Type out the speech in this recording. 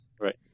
Right